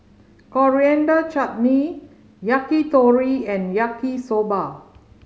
Coriander Chutney Yakitori and Yaki Soba